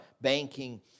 banking